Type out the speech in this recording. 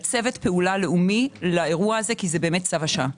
צוות פעולה לאומי לאירוע הזה כי זה באמת צו השעה.